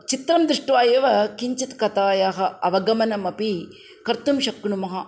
चित्रं दृष्ट्वा एव किञ्चित् कथायाः अवगमनम् अपि कर्तुं शक्नुमः